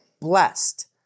blessed